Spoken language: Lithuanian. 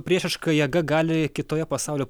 priešiška jėga gali kitoje pasaulio